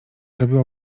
robiła